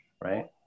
right